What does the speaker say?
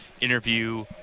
interview